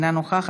אינה נוכחת,